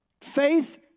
faith